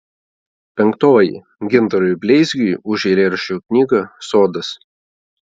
penktoji gintarui bleizgiui už eilėraščių knygą sodas